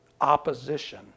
opposition